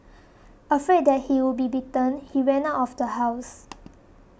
afraid that he would be beaten he ran out of the house